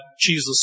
Jesus